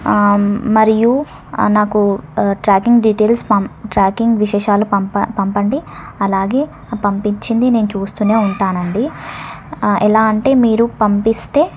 మరియు నాకు tracking details పంప్ ట్రాకింగ్ విశేషాలు పంప పంపండి అలాగే పంపించింది నేను చూస్తూనే ఉంటాను అండి ఎలా అంటే మీరు పంపిస్తే